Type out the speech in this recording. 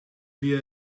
via